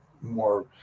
more